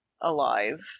alive